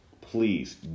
please